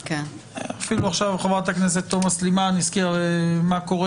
אפילו עכשיו חה"כ תומא סלימאן הזכירה מה קורה